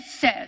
says